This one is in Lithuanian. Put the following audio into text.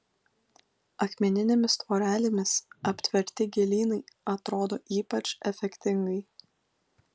akmeninėmis tvorelėmis aptverti gėlynai atrodo ypač efektingai